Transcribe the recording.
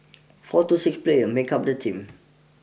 four to six players make up the team